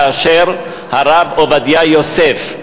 כאשר הרב עובדיה יוסף,